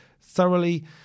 thoroughly